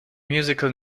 musical